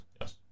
Yes